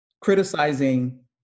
criticizing